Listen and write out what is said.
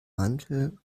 mantel